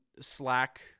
slack